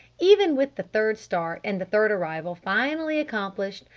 even with the third start and the third arrival finally accomplished,